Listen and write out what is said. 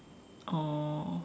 oh